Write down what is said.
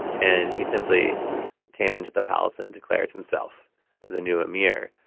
and he simply came into the palace and declared himself the new emir.